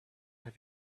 have